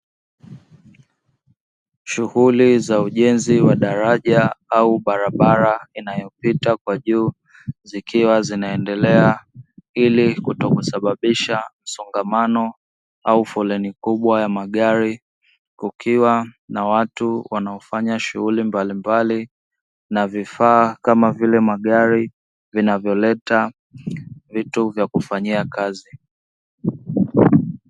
Shughuli za ujenzi wa daraja au barabara inayopita kwa juu, zikiwa zinaendelea ili kutokusababisha msongamano au foleni kubwa ya magari. Kukiwa na watu wanaofanya shughuli mbalimbali na vifaa kama vile magari vinavoleta vitu vya kufanyia kazi.